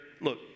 look